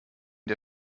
der